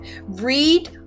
Read